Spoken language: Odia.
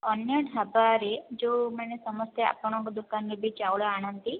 ଅନ୍ୟ ଢାବାରେ ଯେଉଁମାନେ ସମସ୍ତେ ଆପଣଙ୍କ ଦୋକାନରୁ ବି ଚାଉଳ ଆଣନ୍ତି